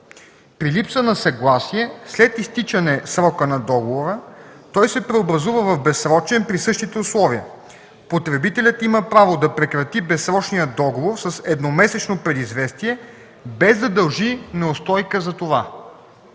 При липса на съгласие, след изтичане срока на договора, той се преобразува в безсрочен при същите условия. Потребителят има право да прекрати безсрочния договор с едномесечно предизвестие, без да дължи неустойки за това.